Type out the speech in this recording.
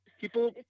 people